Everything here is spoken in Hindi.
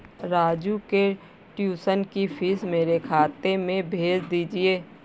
राजू के ट्यूशन की फीस मेरे खाते में भेज दीजिए